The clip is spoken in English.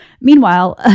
Meanwhile